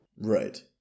Right